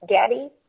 Daddy